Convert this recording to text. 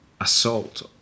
assault